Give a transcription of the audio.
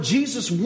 Jesus